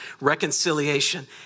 reconciliation